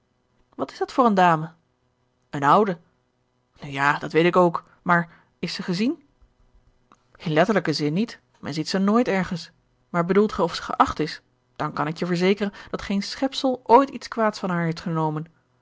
wat is dat voor eene dame eene oude nu ja dat weet ik ook maar is ze gezien in letterlijken zin niet men ziet ze nooit ergens maar bedoelt ge of ze geacht is dan kan ik je verzekeren dat geen schepsel ooit iets kwaads van haar heeft vernomen